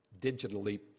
digitally